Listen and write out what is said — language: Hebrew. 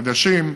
חדשים,